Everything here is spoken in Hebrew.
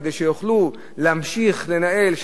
כדי שיוכלו להמשיך לנהל,